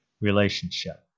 relationship